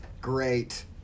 Great